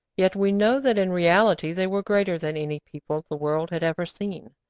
yet we know that in reality they were greater than any people the world had ever seen.